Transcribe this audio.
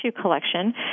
collection